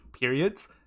periods